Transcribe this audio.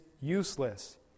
useless